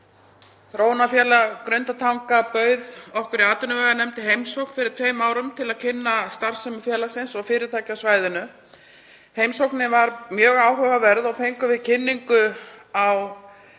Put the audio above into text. Þróunarfélag Grundartanga bauð okkur í atvinnuveganefnd í heimsókn fyrir tveimur árum til að kynna starfsemi félagsins og fyrirtækja á svæðinu. Heimsóknin var mjög áhugaverð og fengum við kynningu á